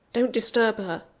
don't disturb her,